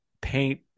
paint